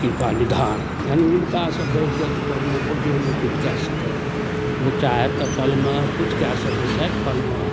कृपा निधान यानी हुनकासँ बढ़िकऽ जगमे केओ नहि किछु कऽ सकैए ओ चाहथि तऽ पलमे किछु कऽ सकै छथि पलमे